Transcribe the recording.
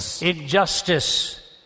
injustice